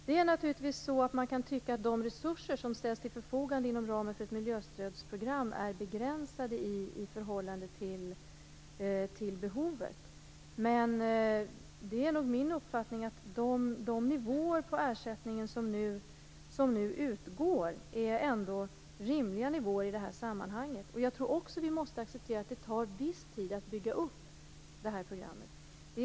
Man kan naturligtvis tycka att de resurser som ställs till förfogande inom ramen för ett miljöstödsprogram är begränsade i förhållande till behovet. Men min uppfattning är nog ändå att nivåerna på de ersättningar som nu utgår är rimliga nivåer i det här sammanhanget. Jag tror också att vi måste acceptera att det tar viss tid att bygga upp det här programmet.